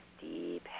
deep